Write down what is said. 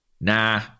nah